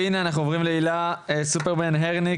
והנה אנחנו עוברים להילה סופרמן הרניק,